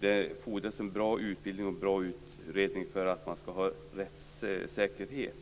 det fordras en bra utbildning och en bra utredning för rättssäkerheten.